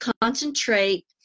concentrate